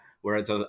whereas